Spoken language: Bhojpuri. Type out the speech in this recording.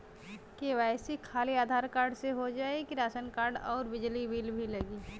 के.वाइ.सी खाली आधार कार्ड से हो जाए कि राशन कार्ड अउर बिजली बिल भी लगी?